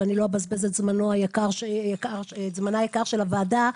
ולא אבזבז את זמנה היקר של הוועדה.